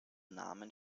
namen